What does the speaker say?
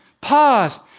pause